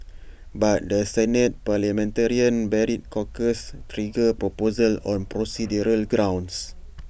but the Senate parliamentarian barred Corker's trigger proposal on procedural grounds